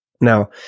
Now